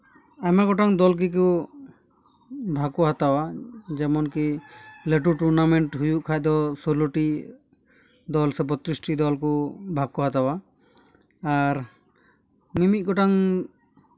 ᱟᱭᱢᱟ ᱜᱚᱴᱟᱝ ᱫᱚᱞ ᱜᱮᱠᱚ ᱵᱷᱟᱜᱽ ᱠᱚ ᱦᱟᱛᱟᱣᱟ ᱡᱮᱢᱚᱱ ᱠᱤ ᱞᱟᱹᱴᱩ ᱴᱩᱨᱱᱟᱢᱮᱱᱴ ᱦᱩᱭᱩᱜ ᱠᱷᱟᱱ ᱫᱚ ᱥᱳᱞᱳ ᱴᱤ ᱫᱚᱞ ᱥᱮ ᱵᱚᱛᱛᱨᱤᱥ ᱴᱤ ᱫᱚᱞ ᱠᱚ ᱵᱷᱟᱜᱽ ᱠᱚ ᱦᱟᱛᱟᱣᱟ ᱟᱨ ᱢᱤᱼᱢᱤᱫ ᱜᱚᱴᱟᱝ